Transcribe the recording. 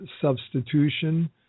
substitution